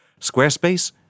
Squarespace